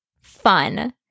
fun